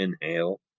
inhale